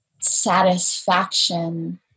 satisfaction